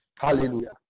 Hallelujah